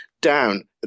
down